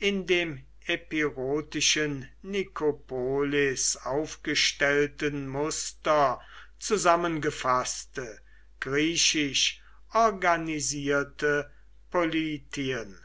in dem epirotischen nikopolis aufgestellten muster zusammengefaßte griechisch organisierte poliden